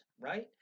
right